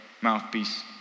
mouthpiece